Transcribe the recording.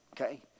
okay